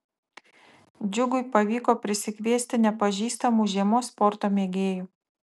džiugui pavyko prisikviesti nepažįstamų žiemos sporto mėgėjų